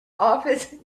office